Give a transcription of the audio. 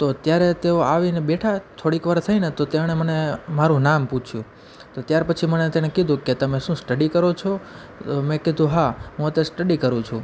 તો ત્યારે તેઓ આવીને બેઠા થોડીક વાર થઈને તો તેમણે મને મારું નામ પૂછ્યું તો ત્યાર પછી મને તેને કીધું કે તમે સું સ્ટડી કરો છો મેં કીધું હા હું અત્યારે સ્ટડી કરૂ છું